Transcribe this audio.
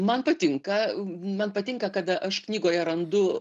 man patinka man patinka kada aš knygoje randu